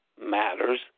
Matters